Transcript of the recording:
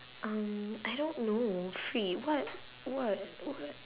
um I don't know free what what what